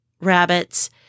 rabbits